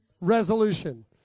resolution